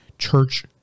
church